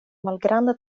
malgranda